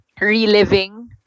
reliving